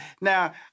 Now